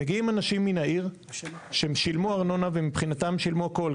מגיעים אנשים מהעיר שהם שילמו ארנונה ומבחינתם הם שילמו הכל,